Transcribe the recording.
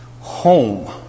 home